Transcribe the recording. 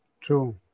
True